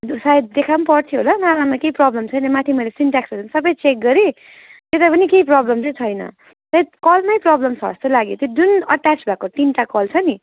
सायद देखा पनि पर्थ्यो होला नालामा केही प्रबल्म छैन माथि मैले सिनट्याक्सहरू पनि सबै चेक गरेँ त्यता पनि केही प्रबल्म चाहिँ छैन सायद कलमै प्रबल्म छ जस्तो लाग्यो त्यो जुन अट्याच भएको तिनवटा कल छ नि